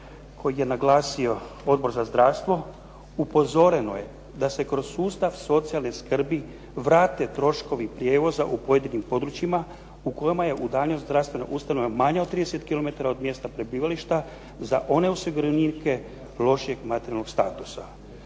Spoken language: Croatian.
koju je naglasio Odbor za zdravstvo. Upozoreno je da se kroz sustav socijalne skrbi vrate troškovi prijevoza u pojedinim područjima u kojima je udaljenost zdravstvene ustanove manja od 30 km od mjesta prebivališta za one osiguranike lošijeg materijalnog statusa.